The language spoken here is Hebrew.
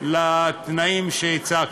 לתנאים שהצבתי.